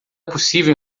possível